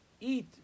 eat